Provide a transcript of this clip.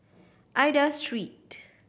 Aida Street